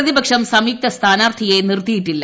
പ്രതിപക്ഷം സംയുക്ത സ്ഥാനാർത്ഥിയെ നിർത്തിയിട്ടില്ല